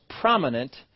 prominent